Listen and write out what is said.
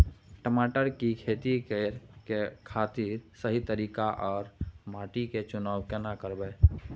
टमाटर की खेती करै के खातिर सही तरीका आर माटी के चुनाव केना करबै?